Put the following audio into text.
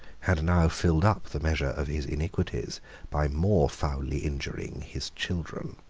had now filled up the measure of his iniquities by more foully injuring his children.